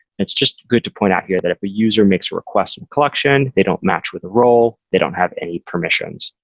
it's just good to point out here that if a user makes a request and collection, they don't match with a role, they don't have any permissions.